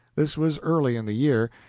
this was early in the year,